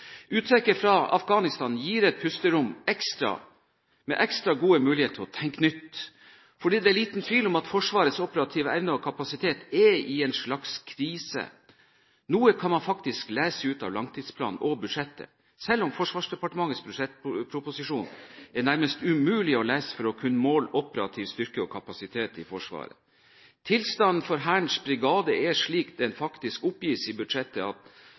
fra Afghanistan gir et pusterom, med ekstra gode muligheter til å tenke nytt. Det er liten tvil om at Forsvarets operative evne og kapasitet er i en slags krise. Noe kan man faktisk lese ut av langtidsplanen og budsjettet, selv om Forsvarsdepartementets budsjettproposisjon nærmest er umulig å lese for å kunne måle operativ styrke og kapasitet i Forsvaret. Tilstanden for Hærens brigader er slik den faktisk oppgis i budsjettet, at